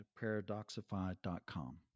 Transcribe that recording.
paradoxify.com